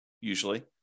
usually